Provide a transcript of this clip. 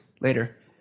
later